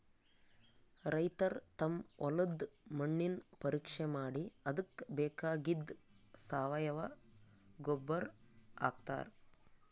ರೈತರ್ ತಮ್ ಹೊಲದ್ದ್ ಮಣ್ಣಿನ್ ಪರೀಕ್ಷೆ ಮಾಡಿ ಅದಕ್ಕ್ ಬೇಕಾಗಿದ್ದ್ ಸಾವಯವ ಗೊಬ್ಬರ್ ಹಾಕ್ತಾರ್